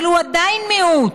אבל הוא עדיין מיעוט,